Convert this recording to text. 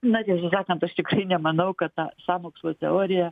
net nežinau net aš tikrai nemanau kad ta sąmokslo teorija